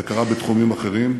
זה קרה בתחומים אחרים,